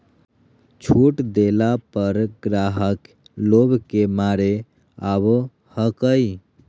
छुट देला पर ग्राहक लोभ के मारे आवो हकाई